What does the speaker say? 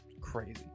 crazy